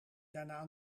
daarna